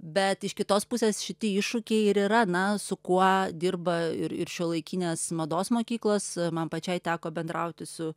bet iš kitos pusės šitie iššūkiai ir yra na su kuo dirba ir šiuolaikinės mados mokyklos man pačiai teko bendrauti su